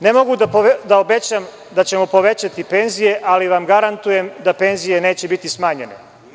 Ne mogu da obećam da ćemo povećati penzije, ali vam garantujem da penzije neće biti smanjene.